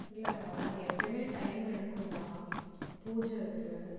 இல்லை அது எப்படியுமே டைம் எடுக்கும் தான் பூஜைருக்கு